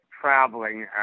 traveling